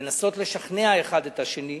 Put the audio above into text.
לנסות לשכנע אחד את השני,